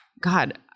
God